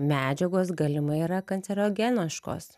medžiagos galimai yra kancerogenaškos